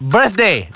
Birthday